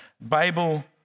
Bible